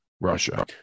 Russia